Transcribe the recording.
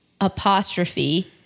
apostrophe